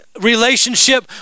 relationship